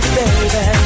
baby